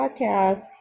podcast